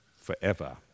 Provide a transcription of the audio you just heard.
forever